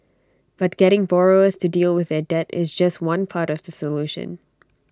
but getting borrowers to deal with their debt is just one part of the solution